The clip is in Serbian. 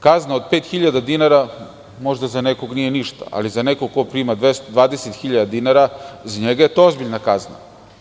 Kazna od 5.000 dinara možda za nekog nije ništa, ali za nekog ko prima 20.000 dinara, za njega je to ozbiljna kazna.